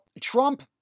Trump